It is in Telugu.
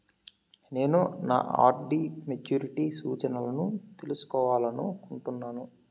నేను నా ఆర్.డి మెచ్యూరిటీ సూచనలను తెలుసుకోవాలనుకుంటున్నాను